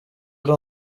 ari